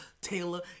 Taylor